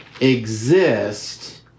exist